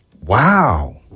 Wow